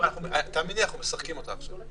מירה, תאמיני לי, אנחנו משחקים אותה עכשיו.